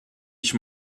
ich